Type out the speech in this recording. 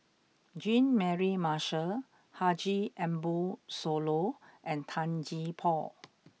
Jean Mary Marshall Haji Ambo Sooloh and Tan Gee Paw